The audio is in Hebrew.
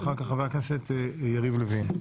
ולאחריה חבר הכנסת יריב לוין.